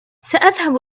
سأذهب